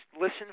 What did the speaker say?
listen